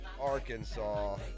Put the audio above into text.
Arkansas